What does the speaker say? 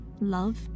love